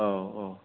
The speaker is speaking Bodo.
औ औ